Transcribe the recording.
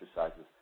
exercises